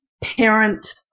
parent